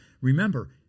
Remember